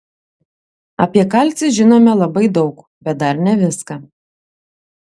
apie kalcį žinome labai daug bet dar ne viską